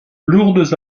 lourdes